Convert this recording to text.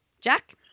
Jack